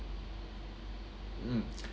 mm